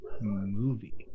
movie